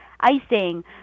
icing